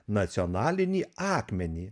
nacionalinį akmenį